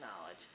knowledge